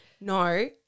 No